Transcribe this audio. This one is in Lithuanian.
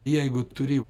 jeigu turi